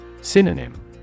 Synonym